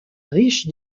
riche